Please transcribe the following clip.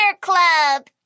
Club